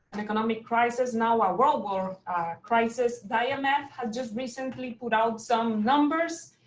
economic crisis now a worldwide crisis. the um imf has just recently put out some numbers.